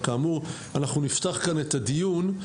כאמור, אנחנו נפתח כאן את הדיון.